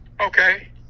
Okay